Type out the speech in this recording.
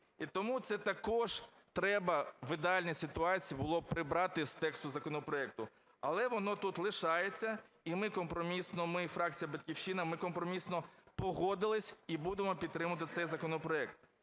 І тому це також треба в ідеальній ситуації було б прибрати з тексту законопроекту. Але воно тут лишається, і ми компромісно, ми, фракція "Батьківщина", ми компромісно погодились і будемо підтримувати цей законопроект.